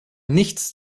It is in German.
nichts